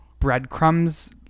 breadcrumbs